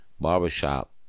barbershop